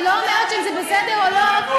אני לא אומרת אם זה בסדר או לא,